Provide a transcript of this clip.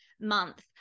month